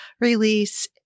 release